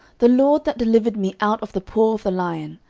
the lord that delivered me out of the paw of the lion,